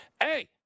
hey